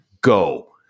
go